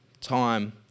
time